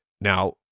Now